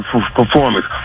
performance